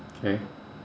okay